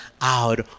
out